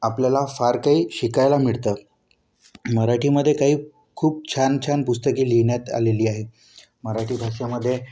आपल्याला फार काही शिकायला मिळतं मराठीमध्ये काही खूप छान छान पुस्तके लिहिण्यात आलेली आहेत मराठी भाषेमध्ये